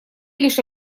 лишь